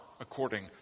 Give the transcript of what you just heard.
according